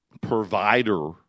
provider